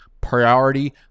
priority